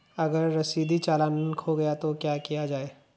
अगर रसीदी चालान खो गया तो क्या किया जाए?